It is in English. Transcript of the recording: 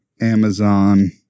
Amazon